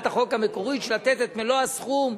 החוק המקורית שאומרת לתת את מלוא הסכום,